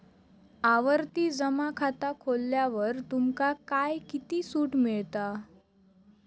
आवर्ती जमा खाता खोलल्यावर तुमका काय किती सूट मिळता?